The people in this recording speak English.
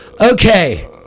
okay